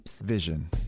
Vision